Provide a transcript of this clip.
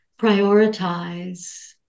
prioritize